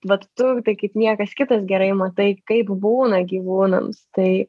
vat tu tai kaip niekas kitas gerai matai kaip būna gyvūnams tai